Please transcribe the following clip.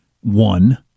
one